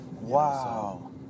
wow